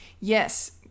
yes